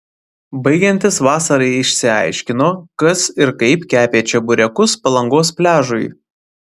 baigiantis vasarai išsiaiškino kas ir kaip kepė čeburekus palangos pliažui